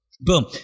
Boom